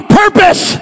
purpose